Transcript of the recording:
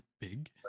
Big